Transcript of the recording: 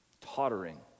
Tottering